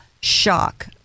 shock